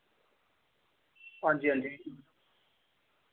हांजी हांजी